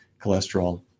Cholesterol